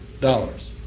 dollars